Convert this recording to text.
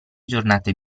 giornate